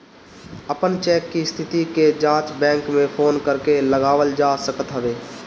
अपन चेक के स्थिति के जाँच बैंक में फोन करके लगावल जा सकत हवे